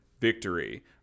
victory